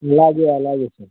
అలాగే అలాగే సర్